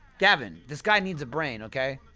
gavin, this guy needs a brain, okay